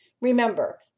Remember